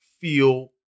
feel